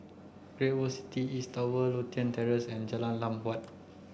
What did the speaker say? Great World City East Tower Lothian Terrace and Jalan Lam Huat